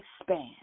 expand